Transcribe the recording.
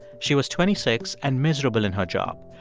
she was twenty six and miserable in her job.